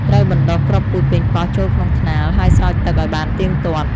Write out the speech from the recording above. ត្រូវបណ្ដុះគ្រាប់ពូជប៉េងប៉ោះចូលក្នុងថ្នាល ហើយស្រោចទឹកឲ្យបានទៀងទាត់។